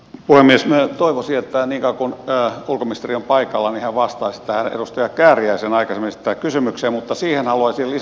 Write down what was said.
minä toivoisin että niin kauan kuin ulkoministeri on paikalla hän vastaisi tähän edustaja kääriäisen aikaisemmin esittämään kysymykseen mutta siihen haluaisin lisätä seuraavaa